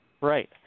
Right